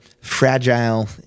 fragile